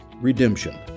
redemption